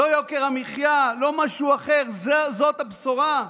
לא יוקר המחיה, לא משהו אחר, זאת הבשורה?